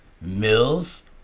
mills